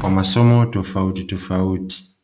kwa masomo tofautitofauti.